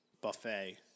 buffet